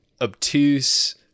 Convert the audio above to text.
obtuse